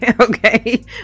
okay